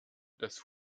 des